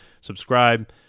subscribe